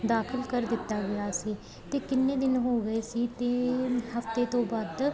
ਦਾਖ਼ਲ ਕਰ ਦਿੱਤਾ ਗਿਆ ਸੀ ਅਤੇ ਕਿੰਨੇ ਦਿਨ ਹੋ ਗਏ ਸੀ ਅਤੇ ਹਫ਼ਤੇ ਤੋਂ ਵੱਧ